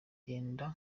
yenda